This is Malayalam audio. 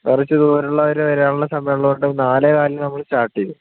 കുറച്ച് ദൂരെയുള്ളവർ വരാനുള്ള സമയം ഉള്ളതുകൊണ്ട് നാല് കാലിന് നമ്മൾ സ്റ്റാർട്ട് ചെയ്യും